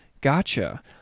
Gotcha